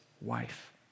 wife